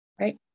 right